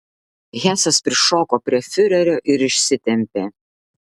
hesas prišoko prie fiurerio ir išsitempė